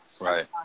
Right